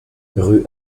rue